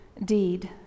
deed